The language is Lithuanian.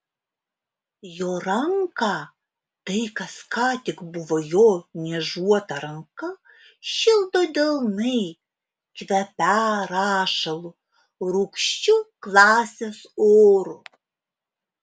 jo ranką tai kas ką tik buvo jo niežuota ranka šildo delnai kvepią rašalu rūgščiu klasės oru